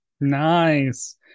Nice